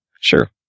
Sure